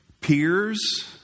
peers